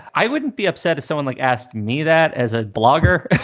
i wouldn't be upset if someone like asked me that as a blogger.